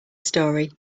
story